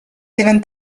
tenen